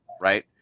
right